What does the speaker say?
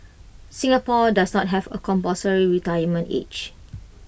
Singapore does not have A compulsory retirement age